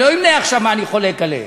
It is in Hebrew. אני לא אמנה עכשיו במה אני חולק עליהם,